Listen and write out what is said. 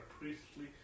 priestly